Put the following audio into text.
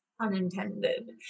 Unintended